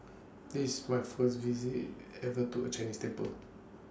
this is my first visit ever to A Chinese temple